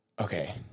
Okay